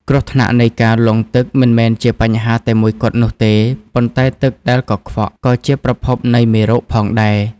គ្រោះថ្នាក់នៃការលង់ទឹកមិនមែនជាបញ្ហាតែមួយគត់នោះទេ ប៉ុន្តែទឹកដែលកខ្វក់ក៏ជាប្រភពនៃមេរោគផងដែរ។